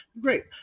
great